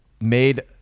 made